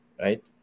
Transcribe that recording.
right